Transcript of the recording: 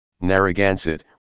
Narragansett